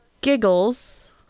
giggles